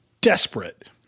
desperate